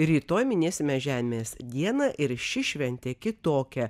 rytoj minėsime žemės dieną ir ši šventė kitokia